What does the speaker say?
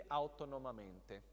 autonomamente